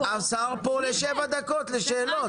השר נמצא פה לעוד שבע דקות כדי לשמוע שאלות.